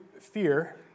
fear